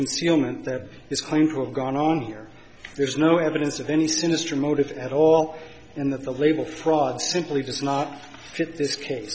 concealment there is claimed to have gone on here there's no evidence of any sinister motive at all and that the label fraud simply does not fit this case